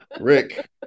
Rick